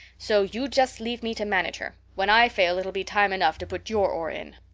so you just leave me to manage her. when i fail it'll be time enough to put your oar in.